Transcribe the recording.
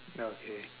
ya okay